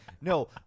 no